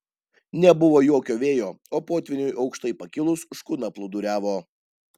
nebuvo jokio vėjo o potvyniui aukštai pakilus škuna plūduriavo